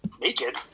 naked